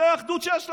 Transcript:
זו האחדות שיש לכם: